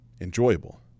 enjoyable